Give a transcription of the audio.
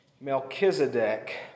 Melchizedek